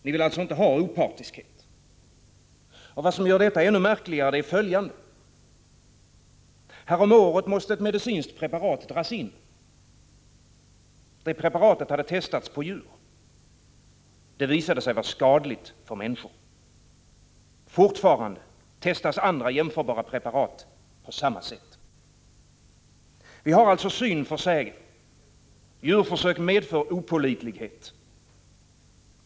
Ni vill alltså inte ha opartiskhet. Och vad som gör detta ännu märkligare är följande: Häromåret måste ett medicinskt preparat drasin. Det preparatet hade testats på djur. Det visade sig vara skadligt för människor. Fortfarande testas andra jämförbara preparat på samma sätt. Vi har alltså syn för sägen. Djurförsök medför opålitlighet.